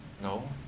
No